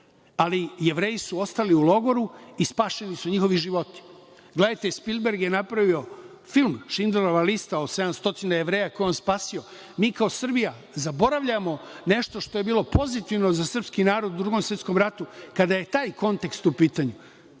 ali Jevreji su ostali u logoru i spašeni su njihovi životi. Gledajte, Spilberg je napravio film „Šindlerova lista“ od 700 Jevreja koje je on spasio. Mi kao Srbija zaboravljamo nešto što je bilo pozitivno za srpski narod u Drugom svetskom ratu kada je taj kontekst u